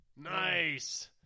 nice